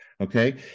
okay